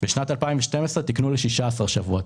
בשנת 2012 תיקנו ל-16 שבועות.